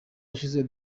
ushize